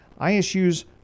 ISU's